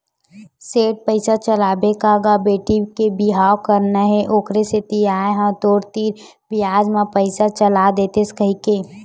सेठ पइसा चलाबे का गा बेटी के बिहाव करना हे ओखरे सेती आय हंव तोर तीर बियाज म पइसा चला देतेस कहिके